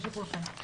לשיקולכם.